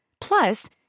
Plus